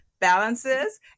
balances